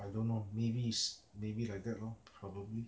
I don't know maybe is maybe like that lor probably